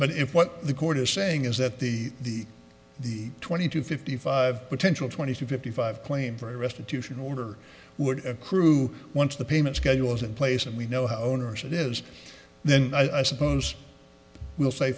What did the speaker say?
but if what the court is saying is that the the twenty to fifty five potential twenty to fifty five claim for a restitution order would accrue once the payment schedule is in place and we know how owners it is then i suppose we'll say